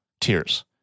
tears